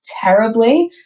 terribly